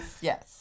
Yes